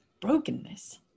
Brokenness